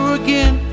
again